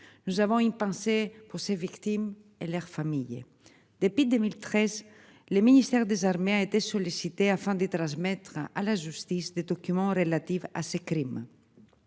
nous avons une pensée pour ses victimes et leurs familles. Des pays 2013. Le ministère des Armées a été sollicité afin de transmettre à la justice des documents relatifs à ces crimes.